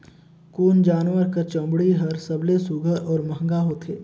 कोन जानवर कर चमड़ी हर सबले सुघ्घर और महंगा होथे?